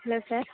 hello sir